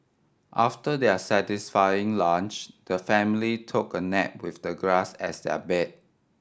after their satisfying lunch the family took a nap with the grass as their bed